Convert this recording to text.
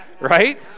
right